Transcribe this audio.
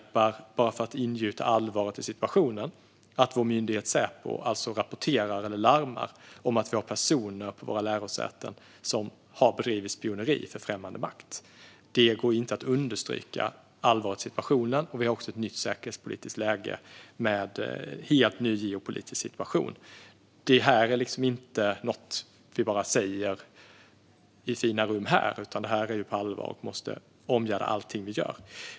För att ingjuta allvaret i situationen upprepar jag att vår myndighet Säpo har larmat om att det finns personer på våra lärosäten som har bedrivit spioneri för främmande makt. Det går inte att nog understryka allvaret i situationen, och det finns också ett nytt säkerhetspolitiskt läge med en helt ny geopolitisk situation. Det här är inte något som vi säger i fina rum här, utan det här är på allvar och måste omgärda allt vad vi gör.